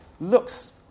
looks